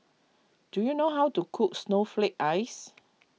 do you know how to cook Snowflake Ice